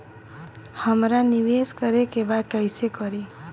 हमरा निवेश करे के बा कईसे करी?